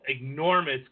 enormous